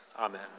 Amen